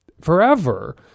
forever